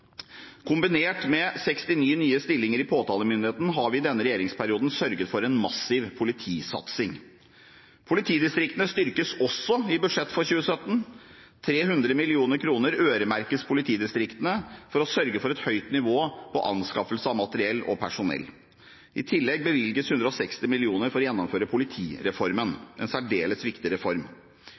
Kombinert med 69 nye stillinger i påtalemyndigheten har vi i denne regjeringsperioden sørget for en massiv politisatsing. Politidistriktene styrkes også i budsjettet for 2017: 300 mill. kr øremerkes politidistriktene for å sørge for et høyt nivå på anskaffelse av materiell og personell. I tillegg bevilges 160 mill. kr for å gjennomføre politireformen – en særdeles viktig reform.